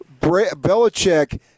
Belichick